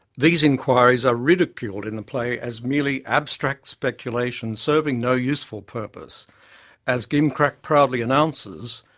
these inquiries are ridiculed in the play as merely abstract speculation serving no useful purpose as gimcrack proudly announces,